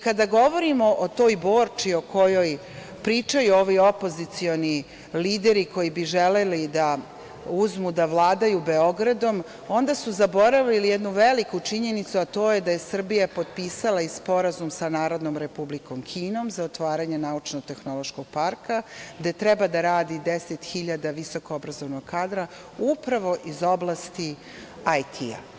Kada govorimo o toj Borči o kojoj pričaju ovi opozicioni lideri koji bi želeli da uzmu da vladaju Beogradom, onda su zaboravili jednu veliku činjenicu, a to je da je Srbija potpisala sporazum sa Narodnom Republikom Kinom za otvaranje naučnotehnološkog parka gde treba da radi 10.000 visoko obrazovnog kadra, upravo iz oblasti IT.